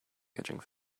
catching